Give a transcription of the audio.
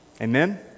Amen